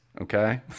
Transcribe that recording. okay